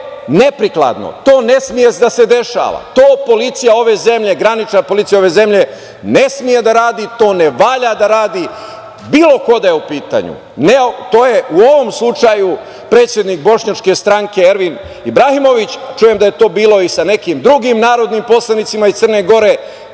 je neprikladno, to ne sme da se dešava, to granična policija ove zemlje ne sme da radi, to ne valja da radi bilo ko da je u pitanju. To je u ovom slučaju predsednik Bošnjačke stranke, Ervin Ibrahimović. Čujem da je to bilo i sa nekim drugim narodnim poslanicima iz Crne Gore,